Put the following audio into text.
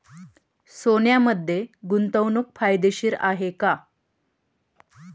सोन्यामध्ये गुंतवणूक फायदेशीर आहे का?